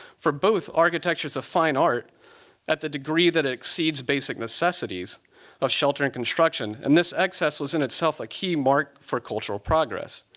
for both, architecture's a fine art at the degree that it exceeds basic necessities of shelter and construction. and this excess was, in itself, a key mark for cultural progress.